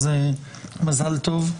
אז מזל טוב,